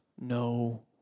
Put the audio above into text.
no